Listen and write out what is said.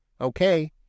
okay